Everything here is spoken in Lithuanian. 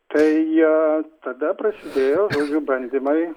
tai tada prasidėjo bandymai